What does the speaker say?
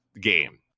game